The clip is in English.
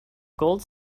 gold